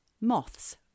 moths